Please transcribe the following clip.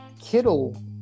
Kittle